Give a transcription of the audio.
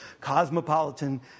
cosmopolitan